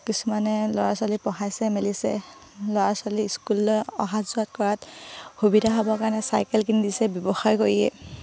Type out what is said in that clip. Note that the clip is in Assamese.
কিছুমানে ল'ৰা ছোৱালী পঢ়াইছে মেলিছে ল'ৰা ছোৱালী স্কুললৈ অহা যোৱা কৰাত সুবিধা হ'বৰ কাৰণে চাইকেল কিনি দিছে ব্যৱসায় কৰিয়ে